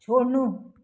छोड्नु